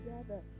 together